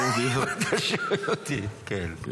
כן.